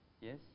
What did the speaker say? Yes